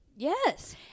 Yes